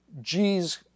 G's